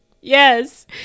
Yes